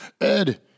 Ed